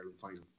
final